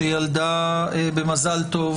שילדה במזל טוב